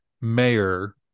mayor